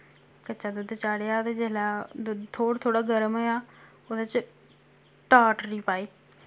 कच्चा दुद्ध चाढ़ेआ ते जिसलै दुद्ध थोह्ड़ा थोह्ड़ा गर्म होएआ ओह्दे च टाटरी पाई